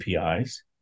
APIs